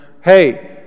Hey